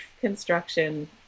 construction